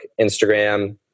instagram